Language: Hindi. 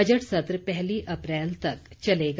बजट सत्र पहली अप्रैल तक चलेगा